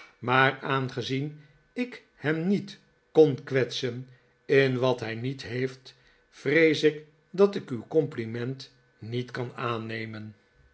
maar aangezien ik hem niet kon kwetsen in wat hij niet heeft vrees ik dat ik uw compliment niet kan aannemen